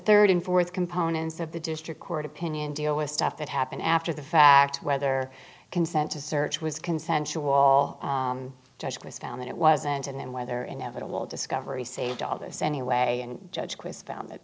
the rd and th components of the district court opinion deal with stuff that happened after the fact whether consent to search was consensual joshua's found that it wasn't and whether inevitable discovery saved all this anyway and judge quiz found